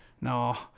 No